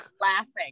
laughing